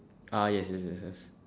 ah yes yes yes yes